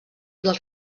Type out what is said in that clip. del